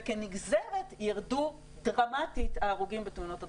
וכנגזרת ירדו דרמטית ההרוגים בתאונות הדרכים.